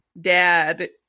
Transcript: dad